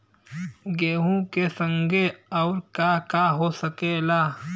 गेहूँ के संगे अउर का का हो सकेला?